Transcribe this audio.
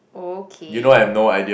okay